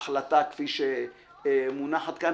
ההחלטה כפי שהיא מונחת כאן,